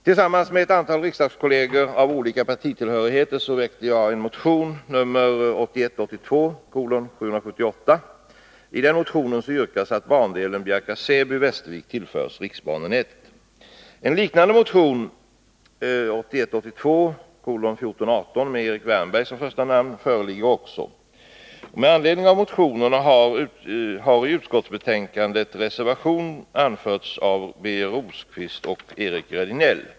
Tillsammans med ett antal riksdagskolleger med olika partitillhörigheter har jag väckt en motion, nr 1981 Säby-Västervik skall tillföras riksbanenätet. En liknande motion, 1981/82:1418 med Erik Wärnberg som första namn, föreligger också. Med anledning av motionerna har reservation anförts i utskottsbetänkandet av Birger Rosqvist och Eric Rejdnell.